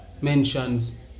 mentions